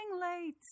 late